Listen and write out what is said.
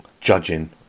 judging